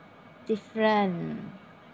different